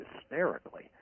hysterically